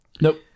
Nope